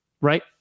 right